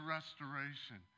Restoration